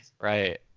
right